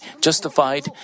justified